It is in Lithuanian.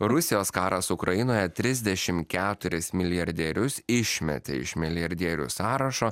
rusijos karas ukrainoje trisdešim keturis milijardierius išmetė iš milijardierių sąrašo